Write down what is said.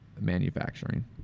Manufacturing